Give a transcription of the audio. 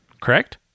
Correct